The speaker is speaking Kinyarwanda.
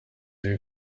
niyo